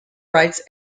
rights